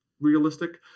realistic